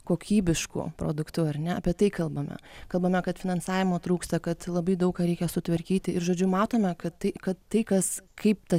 kokybišku produktu ar ne apie tai kalbame kalbame kad finansavimo trūksta kad labai daug ką reikia sutvarkyti ir žodžiu matome kad tai kad tai kas kaip ta